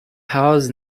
powers